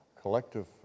collective